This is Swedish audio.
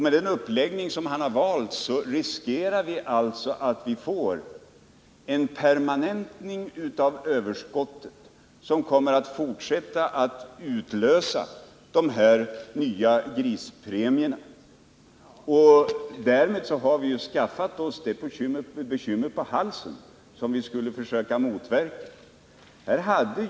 Med den uppläggning han har valt riskerar vi alltså att få en permanentning av överskottet, som kommer att fortsätta att utlösa de nya grispremierna. Därmed har vi skaffat oss det bekymmer på halsen som vi skulle försöka motverka.